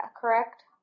correct